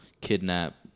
kidnap